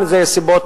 אלה סיבות